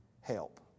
help